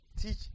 Teach